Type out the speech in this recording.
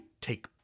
take